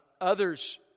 others